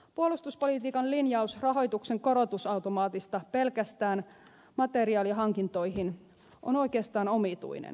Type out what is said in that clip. puolustuspolitiikan linjaus rahoituksen korotusautomaatista pelkästään materiaalihankintoihin on oikeastaan omituinen